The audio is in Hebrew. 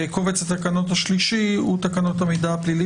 התשפ"ב 2022; וקובץ התקנות השלישי הצעת תקנות המידע הפלילי